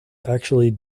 actually